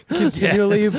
continually